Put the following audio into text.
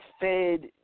fed